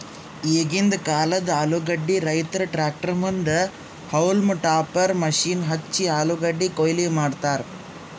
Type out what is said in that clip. ಈಗಿಂದ್ ಕಾಲ್ದ ಆಲೂಗಡ್ಡಿ ರೈತುರ್ ಟ್ರ್ಯಾಕ್ಟರ್ ಮುಂದ್ ಹೌಲ್ಮ್ ಟಾಪರ್ ಮಷೀನ್ ಹಚ್ಚಿ ಆಲೂಗಡ್ಡಿ ಕೊಯ್ಲಿ ಮಾಡ್ತರ್